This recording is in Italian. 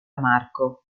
marco